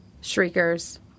Shriekers